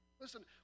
Listen